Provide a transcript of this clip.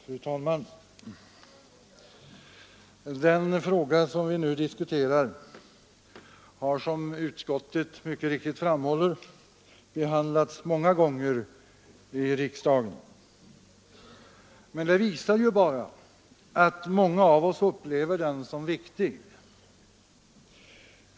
Fru talman! Den fråga som vi nu diskuterar har, som utskottet mycket riktigt framhåller, behandlats många gånger i riksdagen. Det visar att många av oss upplever den som viktig.